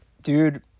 Dude